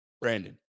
Brandon